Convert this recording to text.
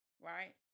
right